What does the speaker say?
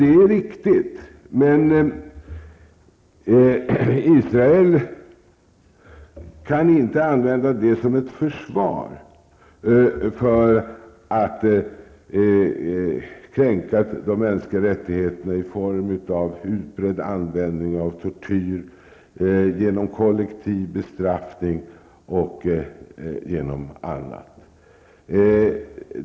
Det är riktigt, men Israel kan inte använda det som ett försvar för att kränka de mänskliga rättigheterna bl.a. i form av utbredd användning av tortyr och kollektiva bestraffningar.